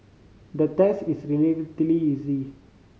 the test is relatively easy